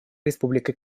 республикой